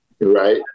Right